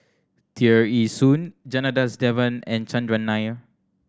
Tear Ee Soon Janadas Devan and Chandran Nair